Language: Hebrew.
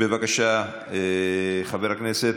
בבקשה, חבר הכנסת,